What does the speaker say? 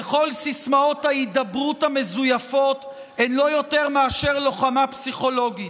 וכל סיסמאות ההידברות המזויפות הן לא יותר מאשר לוחמה פסיכולוגית.